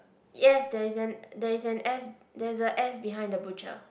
yes there is an there is an S there is a S behind the butcher